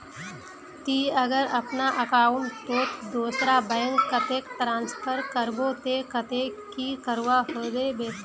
ती अगर अपना अकाउंट तोत दूसरा बैंक कतेक ट्रांसफर करबो ते कतेक की करवा होबे बे?